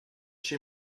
chez